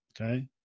okay